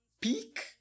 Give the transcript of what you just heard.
peak